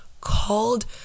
called